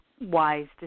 wise